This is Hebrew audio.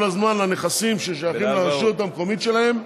הזמן לנכסים ששייכים לרשות המקומית שלהם.